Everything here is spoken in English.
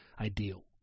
ideal